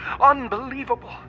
Unbelievable